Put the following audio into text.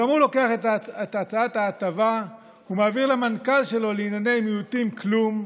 גם הוא לוקח את הצעת ההטבה ומעביר למנכ"ל שלו לענייני מיעוטים כלום,